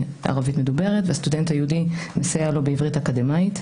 ערבית מדוברת והסטודנט היהודי מסייע לו בעברית אקדמאית.